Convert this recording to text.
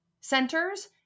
centers